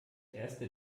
erste